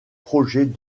projets